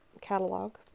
catalog